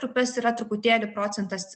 grupes yra truputėlį procentas